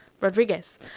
Rodriguez